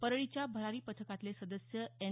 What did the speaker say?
परळीच्या भरारी पथकातले सदस्य एन